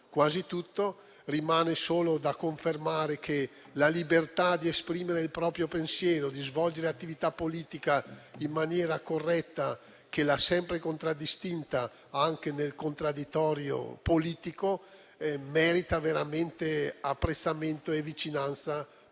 quasi tutto. Rimane solo da confermare che la libertà di esprimere il proprio pensiero e di svolgere attività politica in maniera corretta, che l'ha sempre contraddistinta anche nel contraddittorio politico, merita veramente apprezzamento e vicinanza particolare.